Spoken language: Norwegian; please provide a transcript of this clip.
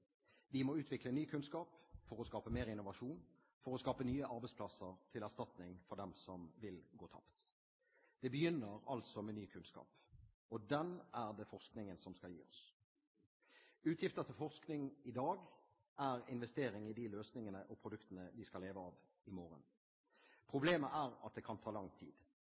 Vi må utvikle ny kunnskap for å skape mer innovasjon for å skape nye arbeidsplasser til erstatning for dem som vil gå tapt. Det begynner altså med ny kunnskap, og den er det forskningen som skal gi oss. Utgifter til forskning i dag er investering i de løsningene og produktene vi skal leve av i morgen. Problemet er at det kan ta lang tid.